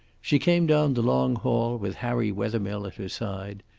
she came down the long hall with harry wethermill at her side.